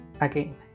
again